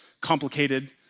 complicated